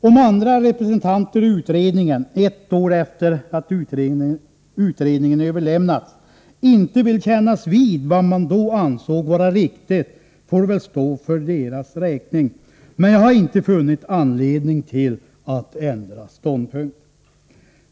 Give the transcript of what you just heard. Om andra representanter i utredningen — ett år efter det att betänkandena överlämnats — inte vill kännas vid vad de i utredningen ansåg vara riktigt får väl stå för deras räkning, men jag har inte funnit anledning att ändra ståndpunkt.